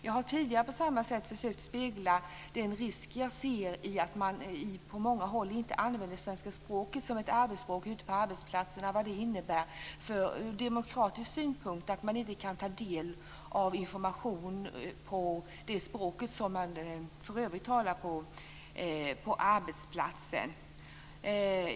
Jag har tidigare på samma sätt försökt spegla den risk jag ser i att man på många håll inte använder svenska språket som arbetsspråk ute på arbetsplatserna och vad det innebär ur demokratisk synpunkt att man inte kan ta del av information på det språk som man för övrigt talar på arbetsplatsen.